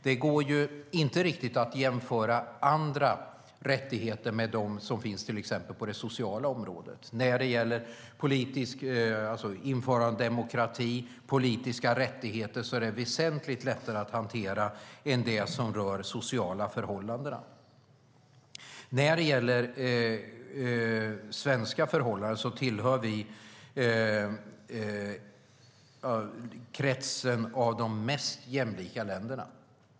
Det går inte riktigt att jämföra andra rättigheter med dem som finns till exempel på det sociala området. När det gäller införande av demokrati och politiska rättigheter är det väsentligt lättare att hantera än det som rör sociala förhållanden. När det gäller svenska förhållanden tillhör Sverige kretsen av de mest jämlika länderna.